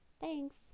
thanks